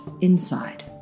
inside